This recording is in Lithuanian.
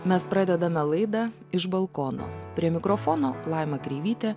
mes pradedame laidą iš balkono prie mikrofono laima kreivytė